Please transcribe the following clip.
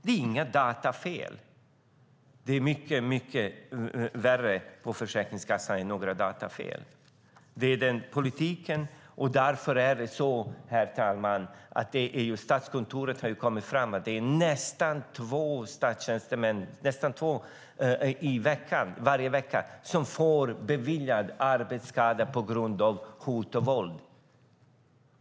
Det här är inte några datafel. Det är mycket värre än så på Försäkringskassan; det handlar om politiken. Statskontoret har kommit fram till att det är nästan två statstjänstemän varje vecka som får arbetsskada beviljad på grund av hot och våld.